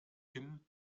hin